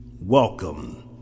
Welcome